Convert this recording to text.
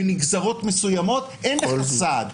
בנגזרות מסוימות אין לך סעד.